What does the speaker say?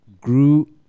Grew